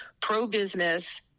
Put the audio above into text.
pro-business